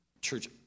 Church